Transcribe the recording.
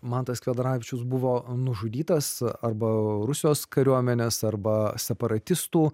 mantas kvedaravičius buvo nužudytas arba rusijos kariuomenės arba separatistų